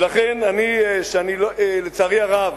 ולכן אני, לצערי הרב,